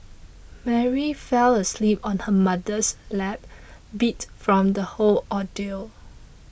Mary fell asleep on her mother's lap beat from the whole ordeal